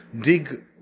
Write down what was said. dig